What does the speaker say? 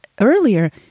earlier